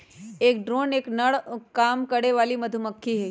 एक ड्रोन एक नर काम करे वाली मधुमक्खी हई